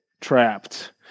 trapped